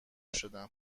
شدم